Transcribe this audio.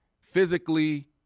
physically